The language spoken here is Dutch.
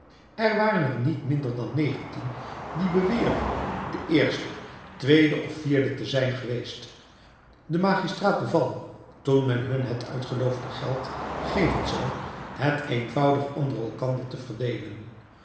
er waren er niet minder dan negentien die beweerden de eerste tweede of vierde te zijn geweest de magistraat beval toen men hun het uitgeloofde geld geven zou het eenvoudig onder elkander te verdeelen